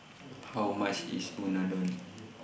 How much IS Unadon